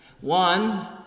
One